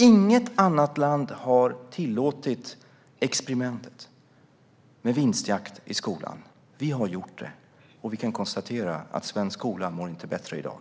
Inget annat land har tillåtit experimentet med vinstjakt i skolan. Vi har gjort det, och vi kan konstatera att svensk skola inte mår bättre i dag.